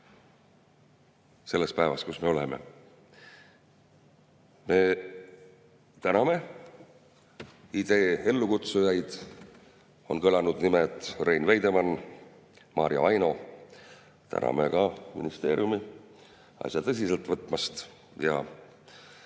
selles päevas, kus me oleme. Me täname idee ellukutsujaid. On kõlanud nimed Rein Veidemann ja Maarja Vaino. Täname ka ministeeriumi asja tõsiselt võtmast.